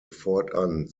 fortan